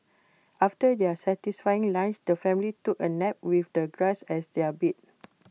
after their satisfying lunch the family took A nap with the grass as their bee